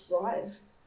rise